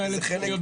כי זה חלק,